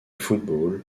football